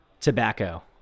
Tobacco